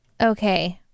Okay